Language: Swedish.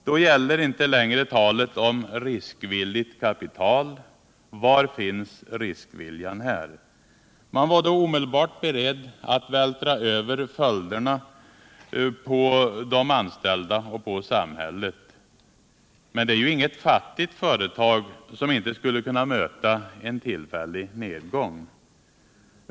Då gäller inte längre talet om riskvilligt kapital. Var finns riskviljan här? Man var omedelbart beredd att vältra över följderna på de anställda och på samhället. Men det är ju inget fattigt företag, som inte skulle kunna möta en tillfällig nedgång.